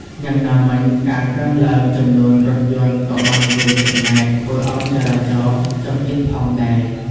យ៉ាងណាមិញ ការកើនឡើងចំនួនរថយន្តក៏បានរួមចំណែកធ្វើឱ្យចរាចរណ៍ចង្អៀតផងដែរ។